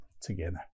together